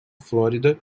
flórida